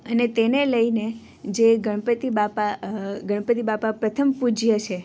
અને તેને લઈને જે ગણપતિ બાપા ગણપતિ બાપા પ્રથમ પૂજ્ય છે